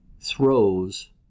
throws